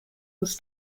was